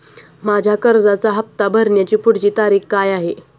माझ्या कर्जाचा हफ्ता भरण्याची पुढची तारीख काय आहे?